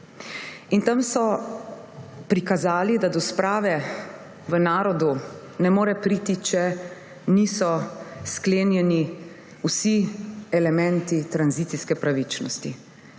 Tam so prikazali, da do sprave v narodu ne more priti, če niso sklenjeni vsi elementi tranzicijske pravičnosti.